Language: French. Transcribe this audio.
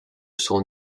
son